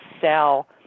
sell